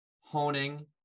honing